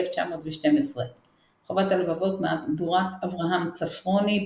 1912 חובת הלבבות מהדורת אברהם צפרוני,